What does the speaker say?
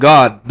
God